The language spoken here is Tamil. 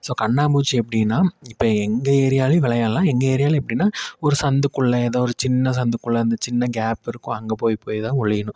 ஸோ கண்ணாமூச்சி எப்படினா இப்போ எங்கள் ஏரியாலையும் விளையாடலாம் எங்கள் ஏரியாவில எப்படினா ஒரு சந்துக்குள்ளே ஏதோ ஒரு சின்ன சந்துக்குள்ள அந்த சின்ன கேப் இருக்கும் அங்கே போய் போய் தான் ஒளியணும்